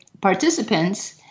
participants